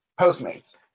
Postmates